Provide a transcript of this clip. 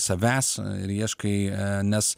savęs ir ieškai nes